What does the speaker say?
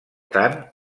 tant